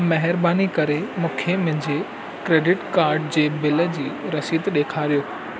महिरबानी करे मूंखे मुंहिंजे क्रेडिट कार्ड जे बिल जी रसीद ॾेखारियो